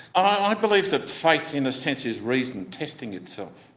ah i believe that faith in a sense is reason testing itself.